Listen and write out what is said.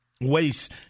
Waste